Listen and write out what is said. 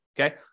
Okay